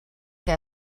que